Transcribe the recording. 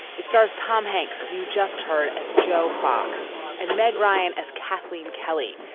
it stars tom hanks, who you just heard as joe fox and meg ryan as kathleen kelly.